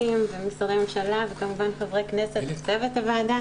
ומשרדי ממשלה וכמובן חברי כנסת וצוות הוועדה.